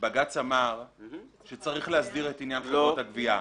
בג"ץ אמר שצריך להסדיר את עניין חברות הגבייה.